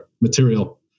material